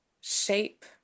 shape